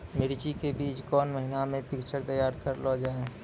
मिर्ची के बीज कौन महीना मे पिक्चर तैयार करऽ लो जा?